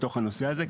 לתוך הנושא הזה.